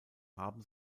haben